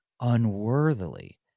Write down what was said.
unworthily